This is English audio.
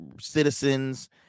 citizens